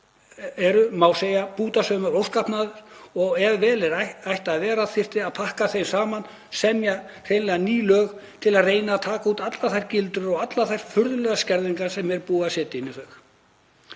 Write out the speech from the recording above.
eru má segja bútasaumaður óskapnaður og ef vel ætti að vera þyrfti að pakka þeim saman og semja hreinlega ný lög til að reyna að taka út allar þær gildrur og furðulegu skerðingar sem er búið að setja inn í þau.